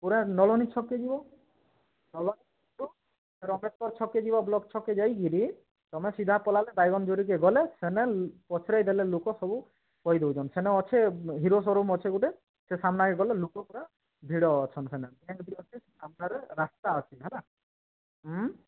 ପୁରା ନଳନି ଛକ୍କେ ଯିବ ତାପରେ ଅମ୍ବେଦକର ଛକ୍କେ ଯିବ ବ୍ଲକ୍ ଛକ୍କେ ଯାଇକିରି ତମେ ସିଧା ପଲାଲେ ବାଇଗନ ଜରିକେ ଗଲେ ସେନେ ପଚାରି ଦେଲେ ଲୋକ ସବୁ କହି ଦେଉଛନ୍ ସେନେ ଅଛେ ହିରୋ ସୋ ରୁମ୍ ଅଛେ ଗୁଟେ ସେ ସାମ୍ନାକେ ଗଲେ ଲୁକ ପୁରା ଭିଡ଼ ଅଛନ୍ ସେନେ ସାମ୍ନାରେ ରାସ୍ତା ଅଛି ହେଲା ହୁଁ